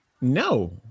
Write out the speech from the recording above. No